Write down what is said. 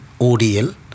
ODL